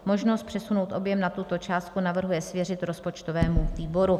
Možnost přesunout objem nad tuto částku navrhuje svěřit rozpočtovému výboru.